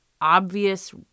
obvious